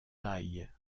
taille